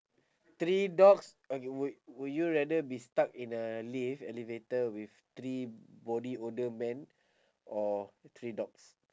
three dogs okay would would you rather be stuck in a lift elevator with three body odour men or three dogs